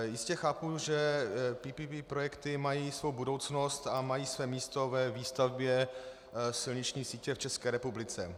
Jistě chápu, že PPP projekty mají svou budoucnost a mají své místo ve výstavbě silniční sítě v České republice.